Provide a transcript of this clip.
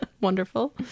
Wonderful